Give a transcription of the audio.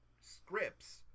scripts